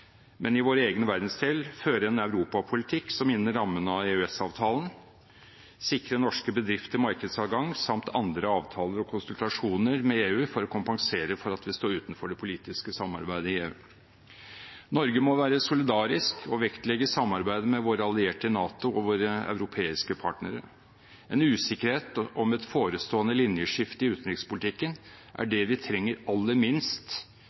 men i vår egen verdensdel føre en europapolitikk som innen rammen av EØS-avtalen sikrer norske bedrifter markedsadgang samt andre avtaler og konsultasjoner med EU for å kompensere for at vi står utenfor det politiske samarbeidet i EU. Norge må være solidarisk og vektlegge samarbeidet med våre allierte i NATO og våre europeiske partnere. Usikkerhet om et forestående linjeskift i utenrikspolitikken er det vi trenger aller minst